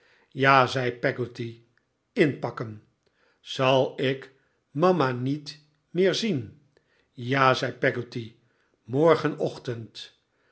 ja zei peggotty inpakken zal ik mama niet meer zien ja zei peggotty morgenochtend